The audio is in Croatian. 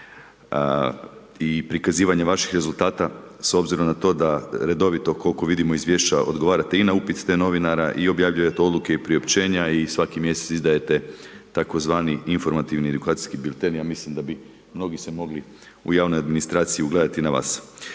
i prikazivanje vaših rezultata s obzirom na to da redovito, koliko vidimo na izvješća odgovarate i na upit te novinara i objavljujte odluke i priopćenja i svaki mjeseci izdajete tzv. informativni edukacijski …/Govornik se ne razumije./… ja mislim da bi mogli se mogli u javnoj administraciji ugledati na vas.